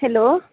hello